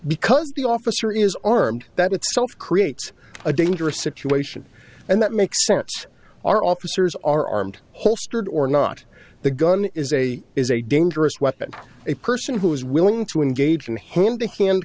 because the officer is armed that itself creates a dangerous situation and that makes sense our officers are armed holstered or not the gun is a is a dangerous weapon a person who is willing to engage in hand to hand